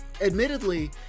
admittedly